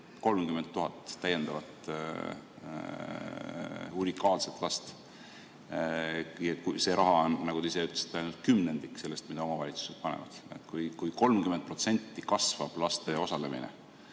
30 000 täiendavat unikaalset last – ja see raha on, nagu te ise ütlesite, ainult kümnendik sellest, mis omavalitsused panevad. Kui 30% kasvab laste osalemine